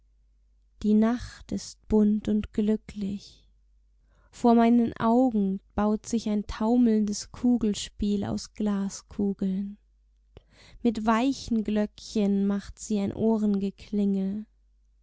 die nacht ist bunt und glücklich vor meinen augen baut sich ein taumelndes kugelspiel aus glaskugeln mit weichen glöckchen macht sie ein